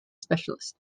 specialist